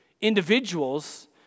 individuals